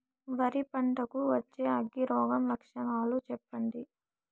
వరి పంట కు వచ్చే అగ్గి రోగం లక్షణాలు చెప్పండి?